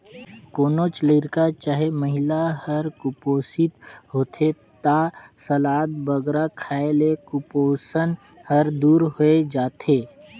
कोनोच लरिका चहे महिला हर कुपोसित होथे ता सलाद बगरा खाए ले कुपोसन हर दूर होए जाथे